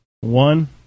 one